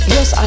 Yes